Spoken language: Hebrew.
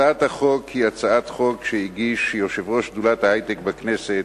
את הצעת החוק הגיש יושב-ראש שדולת ההיי-טק בכנסת,